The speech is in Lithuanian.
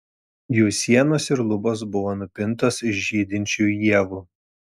jų sienos ir lubos buvo nupintos iš žydinčių ievų